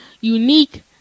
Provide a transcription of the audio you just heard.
unique